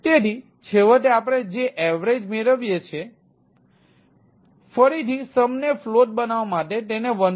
તેથી છેવટે આપણે જે એવરેજ બનાવવા માટે તેને 1